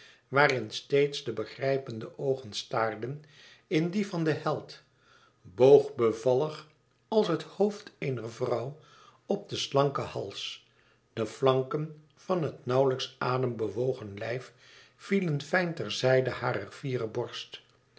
in steeds de begrijpende oogen staarden in die van den held boog bevallig als het hoofd eener vrouw op den slanken hals de flanken van het nauwlijks adembewogen lijf vielen fijn ter zijde harer fiere borst